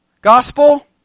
Gospel